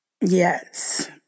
Yes